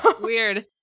Weird